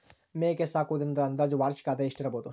ಮೇಕೆ ಸಾಕುವುದರಿಂದ ಅಂದಾಜು ವಾರ್ಷಿಕ ಆದಾಯ ಎಷ್ಟಿರಬಹುದು?